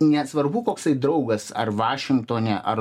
nesvarbu koksai draugas ar vašingtone ar